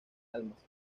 almas